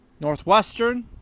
Northwestern